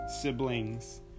siblings